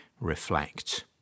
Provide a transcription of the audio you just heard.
reflect